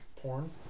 porn